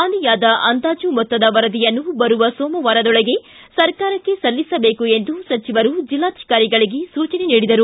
ಹಾನಿಯಾದ ಅಂದಾಜು ಮೊತ್ತದ ವರದಿಯನ್ನು ಬರುವ ಸೋಮವಾರದೊಳಗೆ ಸರ್ಕಾರಕ್ಕೆ ಸಲ್ಲಿಸಬೇಕು ಎಂದು ಸಚಿವರು ಜಿಲ್ಲಾಧಿಕಾರಿಗಳಿಗೆ ಸೂಚನೆ ನೀಡಿದರು